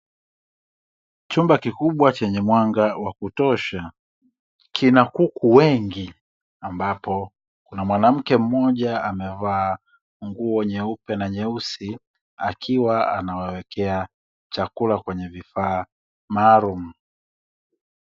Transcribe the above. Chumba kikubwa chenye mwanga wa kutosha kina kuku wengi, ambapo kuna mwanamke mmoja amevaa nguo nyeupe na nyeusi akiwa anawawekea chakula kwenye vifaa maalumu.